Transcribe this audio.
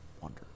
Wonder